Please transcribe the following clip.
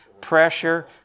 pressure